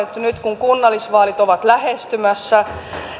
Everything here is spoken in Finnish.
kun kunnallisvaalit ovat lähestymässä